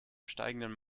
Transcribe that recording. steigenden